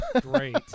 Great